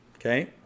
Okay